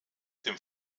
dem